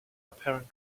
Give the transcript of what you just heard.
apparent